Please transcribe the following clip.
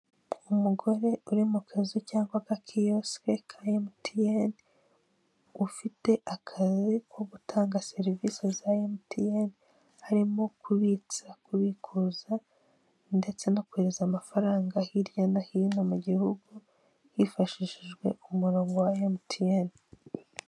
Umugore uri mu kazu cyangwa agakiyosike ka emutiyeni, ufite akazi ko gutanga serivisi za emutiyeni harimo kubitsa, kubikuza ndetse no kohereza amafaranga hirya no hino mu gihugu hifashishijwe umurongo wa emutiyeni.